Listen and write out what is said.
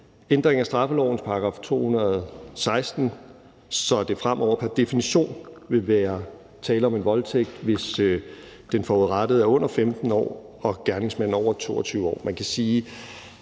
ændringen af straffelovens § 216, som betyder, at der fremover pr. definition vil være tale om en voldtægt, hvis den forurettede er under 15 år og gerningsmanden er over 22 år.